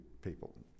people